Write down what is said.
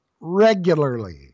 regularly